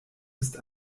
ist